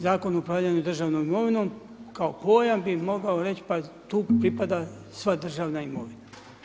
Zakon o upravljanju državnom imovinom kao pojam bi mogao reći pa tu pripada sva državna imovina.